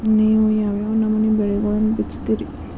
ನೇವು ಯಾವ್ ಯಾವ್ ನಮೂನಿ ಬೆಳಿಗೊಳನ್ನ ಬಿತ್ತತಿರಿ?